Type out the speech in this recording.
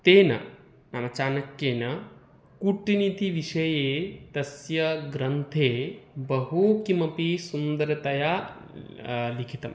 तेन नाम चाणक्येन कूटनीतिविषये तस्य ग्रन्थे बहु किमपि सुन्दरतया लिखितं